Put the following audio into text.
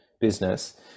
business